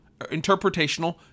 interpretational